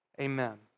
Amen